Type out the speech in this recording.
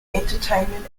entertainment